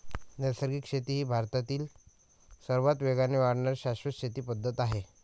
नैसर्गिक शेती ही भारतातील सर्वात वेगाने वाढणारी शाश्वत शेती पद्धत आहे